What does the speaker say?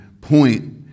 point